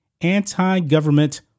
anti-government